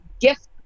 gift